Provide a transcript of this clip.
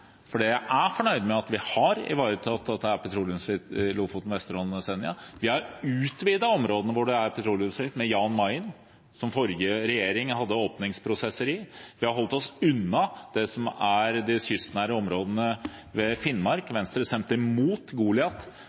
jeg er fornøyd med at vi har ivaretatt at Lofoten, Vesterålen og Senja er fritt for petroleumsaktivitet. Vi har utvidet områdene som er frie for petroleumsaktivitet, med Jan Mayen, som den forrige regjeringen hadde åpningsprosesser for. Vi har holdt oss unna det som er de kystnære områdene ved Finnmark. Venstre stemte imot Goliat,